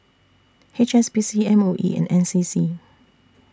H S B C M O E and N C C